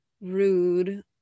rude